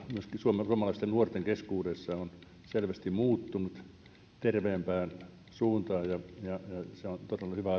myöskin suomalaisten nuorten keskuudessa on selvästi muuttunut terveempään suuntaan ja se on todella hyvä